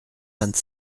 vingt